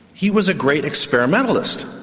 he was a great experimentalist.